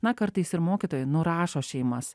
na kartais ir mokytojai nurašo šeimas